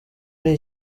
nta